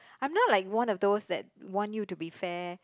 I'm not like one of those that want you to be fair